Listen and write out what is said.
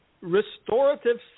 restorative